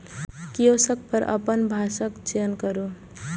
kiosk पर अपन भाषाक चयन करू